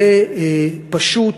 זה פשוט,